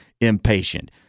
impatient